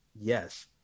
yes